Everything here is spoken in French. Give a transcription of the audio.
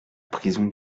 prison